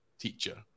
teacher